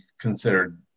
considered